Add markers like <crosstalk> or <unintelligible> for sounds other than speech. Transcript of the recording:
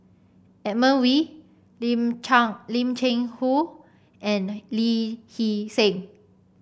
Edmund Wee Lim <unintelligible> Lim Cheng Hoe and Lee Hee Seng